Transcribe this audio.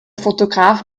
fotograf